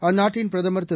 அந்நாட்டின் பிரதமர் திரு